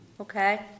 Okay